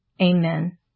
Amen